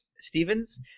Stevens